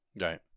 Right